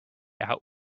out